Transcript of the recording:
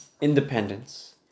Independence